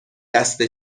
دسته